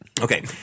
okay